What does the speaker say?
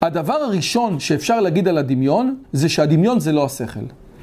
הדבר הראשון שאפשר להגיד על הדמיון זה שהדמיון זה לא השכל.